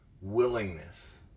willingness